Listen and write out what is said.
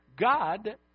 God